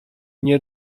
nie